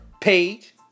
page